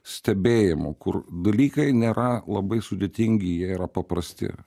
stebėjimu kur dalykai nėra labai sudėtingi jie yra paprasti